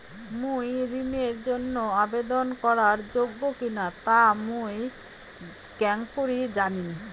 মুই ঋণের জন্য আবেদন করার যোগ্য কিনা তা মুই কেঙকরি জানিম?